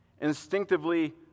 Instinctively